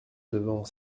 devant